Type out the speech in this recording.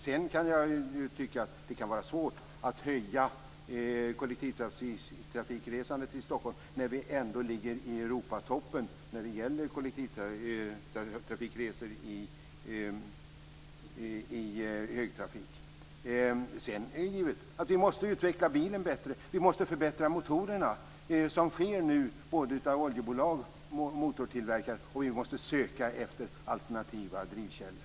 Sedan kan det vara svårt att öka kollektivtrafikresandet i Stockholm när vi ändå ligger i Europatoppen när det gäller resor med kollektivtrafik i högtrafik. Det är givet att bilen måste utvecklas. Motorerna måste förbättras. Det sker nu både av oljebolag och av biltillverkare. Vi måste också söka efter alternativa drivkällor.